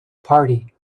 party